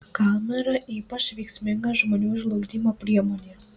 kamera ypač veiksminga žmonių žlugdymo priemonė